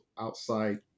outside